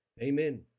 Amen